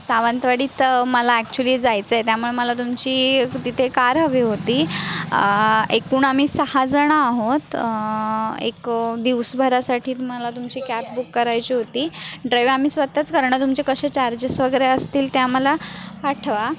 सावंतवाडीत मला अॅक्च्युअली जायचं आहे त्यामुळे मला तुमची तिथे कार हवी होती एकूण आम्ही सहाजण आहोत एक दिवसभरासाठी मला तुमची कॅब बुक करायची होती ड्राईव्ह आम्ही स्वत च करणार तुमचे कसे चार्जेस वगैरे असतील ते आम्हाला पाठवा